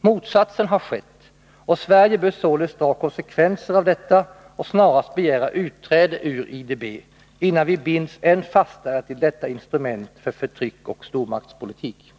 Motsatsen har skett, och Sverige bör således dra konsekvenser av detta och snarast begära utträde ur IDB, innan vi binds än fastare till detta instrument för förtryck och stormaktspolitik.